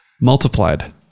Multiplied